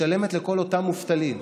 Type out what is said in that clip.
משלמת לכל אותם מובטלים.